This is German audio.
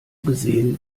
gesehen